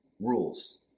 rules